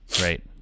right